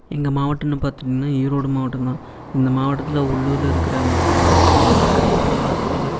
எங்கள் மாவட்டனு பார்த்திங்கன்னா ஈரோடு மாவட்டந்தான் இந்த மாவட்டத்தில் உள்ளூரில் இருக்கிற மக்களுக்கு அடிப்படை வசதிகள்